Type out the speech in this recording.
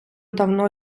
давно